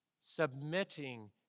submitting